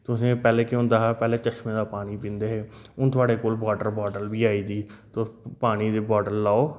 पैह्लें केह् होंदा हा कि चशमे दा पानी पींदे हे हून थुआढ़े कोल वाटर बाटल बी आई दी पानी दी बाटल लैओ